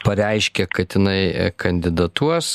pareiškė kad jinai kandidatuos